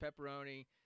pepperoni